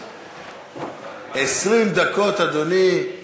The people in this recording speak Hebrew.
20 דקות, אדוני.